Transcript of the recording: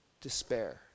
despair